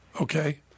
Okay